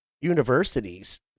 universities